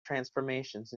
transformations